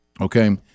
Okay